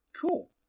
Cool